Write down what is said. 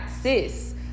sis